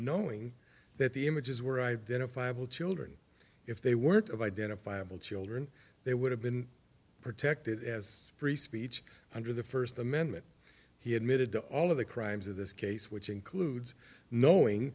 knowing that the images were identifiable children if they weren't of identifiable children they would have been protected as free speech under the first amendment he admitted to all of the crimes of this case which includes knowing